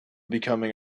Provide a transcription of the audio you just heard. becoming